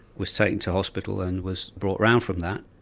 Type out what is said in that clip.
was taken to hospital and was brought round from that.